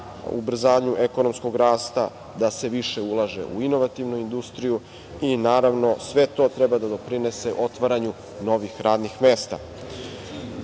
ubrzanju ekonomskog rasta, da se više ulaže u inovativnu industriju i, naravno, sve to treba da doprinese otvaranju novih radnih